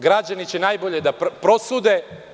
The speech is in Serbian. Građani će najbolje da prosude.